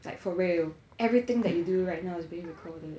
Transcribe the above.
like for real everything that you do right now is being recorded